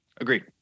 Agreed